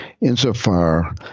insofar